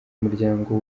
umuryango